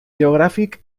geogràfic